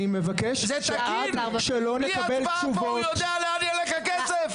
אני מבקש שעד שלא נקבל תשובות